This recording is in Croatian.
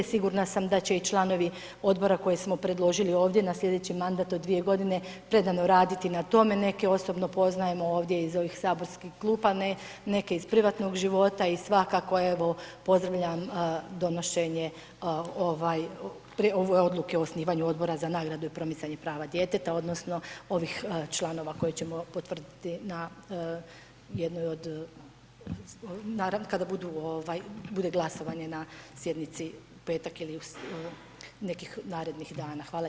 Sigurna sam da će i članovi odbora koje smo predložili ovdje na slijedeći mandat od 2 g. predano raditi na tome, neke osobno poznajemo ovdje iz ovih saborskih klupa, neke iz privatnog života i svakako evo, pozdravljam donošenje ove odluke o osnivanju Odbora za nagradu za promicanje prava djeteta odnosno ovih članova koje ćemo potvrditi na jednoj od kada bude glasovanje na sjednici u petak ili nekih narednih dana, hvala lijepo.